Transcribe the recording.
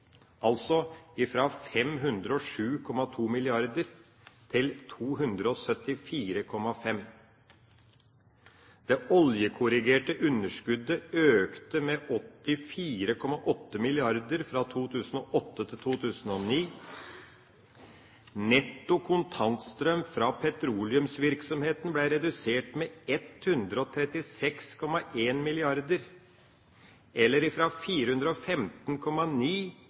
fra 507,2 mrd. kr til 274,5 mrd. kr. Det oljekorrigerte underskuddet økte med opp til 4,8 mrd. kr fra 2008 til 2009. Netto kontantstrøm fra petroleumsvirksomheten ble redusert med 136,1 mrd. kr, eller fra 415,9